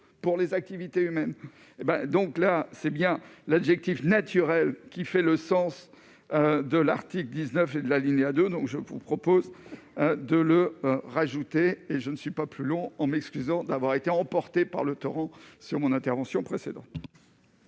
pour les activités humaines, hé ben, donc là c'est bien l'adjectif naturel qui fait le sens de l'article 19 de l'alinéa 2 donc je vous propose de le rajouter, et je ne suis pas plus long, en m'excusant d'avoir été emporté par le Torrent sur mon intervention précédente.